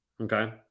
okay